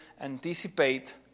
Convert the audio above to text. anticipate